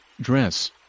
dress